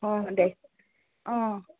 অঁ দে অঁ